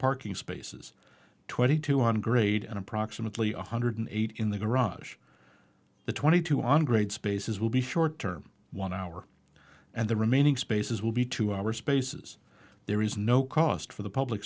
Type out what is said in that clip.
parking spaces twenty two hundred grade and approximately one hundred eight in the garage the twenty two on grade spaces will be short term one hour and the remaining spaces will be two hours spaces there is no cost for the public